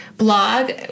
blog